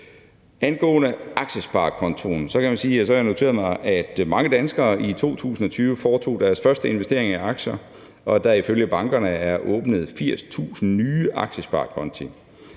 Angående aktiesparekontoen kan jeg sige, at jeg har noteret mig, at mange danskere i 2020 foretog deres første investering i aktier, og at der ifølge bankerne er åbnet 80.000 nye aktiesparekonti.